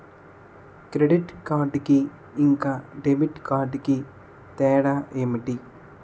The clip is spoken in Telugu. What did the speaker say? క్రెడిట్ కార్డ్ కి ఇంకా డెబిట్ కార్డ్ కి తేడా ఏంటి?